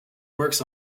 works